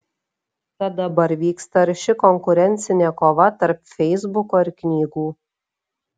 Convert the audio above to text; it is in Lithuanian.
tad dabar vyksta arši konkurencinė kova tarp feisbuko ir knygų